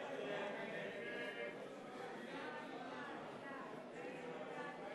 הצעת סיעת האיחוד הלאומי